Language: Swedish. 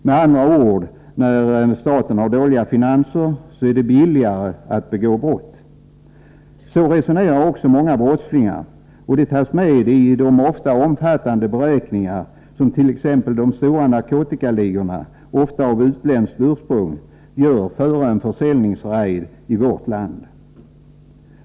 Med andra ord, när staten har dåliga finanser, då är det ”billigare” att begå brott. Så resonerar också många brottslingar, och det tas med i de ofta omfattande beräkningar som t.ex. de stora narkotikaligorna, ofta av utländskt ursprung, gör före försäljningsräder i vårt land.